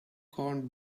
corned